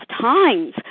times